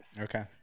okay